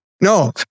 No